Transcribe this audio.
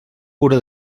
pura